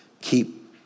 keep